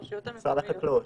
שר החקלאות.